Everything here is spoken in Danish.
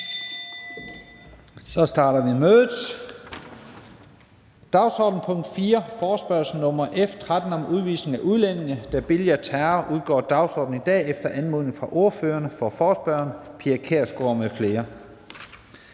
Mødet er åbnet. Dagsordenens punkt 4, forespørgsel nr. F 13 om udvisning af udlændinge, der billiger terror, udgår af dagsordenen i dag efter anmodning fra ordføreren for forespørgerne, Pia Kjærsgaard. Medlem